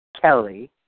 Kelly